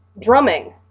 drumming